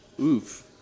Oof